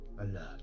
alert